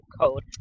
code